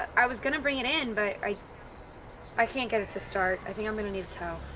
i was gonna bring it in, but i i can't get it to start. i think i'm gonna need a tow.